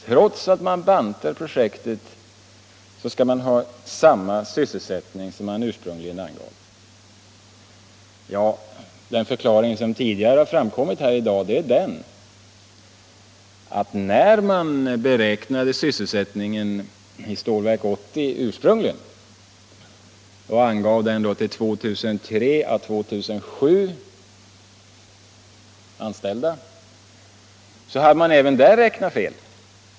Trots att man bantar projektet skall det ge samma sysselsättning som man ursprungligen angav. Den förklaring som har framkommit här i dag är att när man ursprungligen beräknade sysselsättningen i Stålverk 80 och angav den till 2 300 å 2 700 anställda, hade man även där räknat fel.